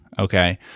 Okay